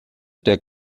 der